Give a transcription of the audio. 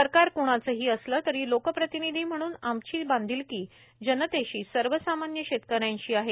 सरकार कुणाचेही असले तरी लोकप्रतिनिधी म्हणून आमची बांधिलकी जनतेशी सर्वसामान्य शेतकऱ्यांशी आहे